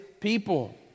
people